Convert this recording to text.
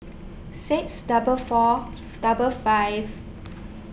six double Fourth double five